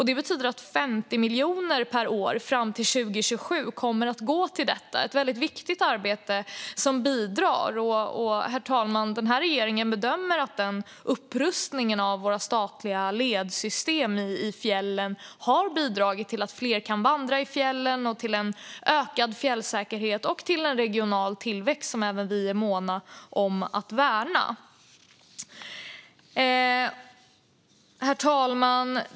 Det betyder att 50 miljoner per år fram till 2027 kommer att gå till detta viktiga arbete, som bidrar. Herr talman! Regeringen bedömer att upprustningen av våra statliga ledsystem i fjällen har bidragit till att fler kan vandra i fjällen, till ökad fjällsäkerhet och till regional tillväxt, som även vi är måna om att värna. Herr talman!